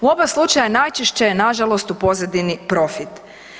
U oba slučaja najčešće je na žalost u pozadini profit.